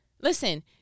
listen